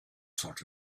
sort